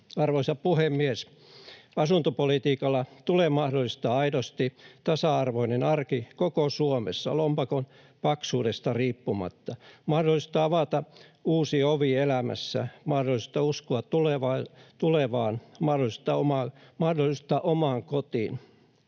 Arvoisa puhemies! Asuntopolitiikalla tulee mahdollistaa aidosti tasa-arvoinen arki koko Suomessa lompakon paksuudesta riippumatta. Mahdollisuutta avata uusi ovi elämässä, mahdollisuutta uskoa tulevaan, mahdollisuutta omaan kotiin.